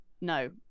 No